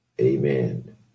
Amen